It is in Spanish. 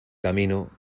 camino